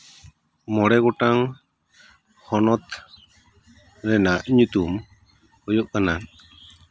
ᱢᱚᱬᱮ ᱜᱚᱴᱟᱝ ᱦᱚᱱᱚᱛ ᱨᱮᱱᱟᱜ ᱧᱩᱛᱩᱢ ᱦᱩᱭᱩᱜ ᱠᱟᱱᱟ